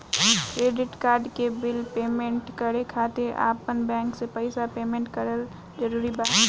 Credit card के bill payment करे खातिर आपन बैंक से पईसा पेमेंट करल जरूरी बा?